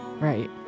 Right